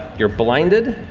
you're blinded.